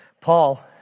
Paul